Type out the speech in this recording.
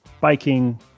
biking